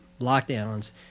lockdowns